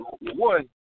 One